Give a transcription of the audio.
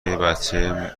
بچه